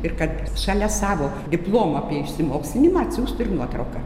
ir kad šalia savo diplomo apie išsimokslinimą atsiųstų ir nuotrauką